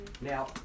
Now